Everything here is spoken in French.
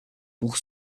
pour